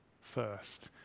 first